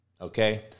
Okay